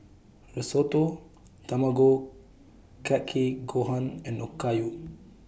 Risotto Tamago Kake Gohan and Okayu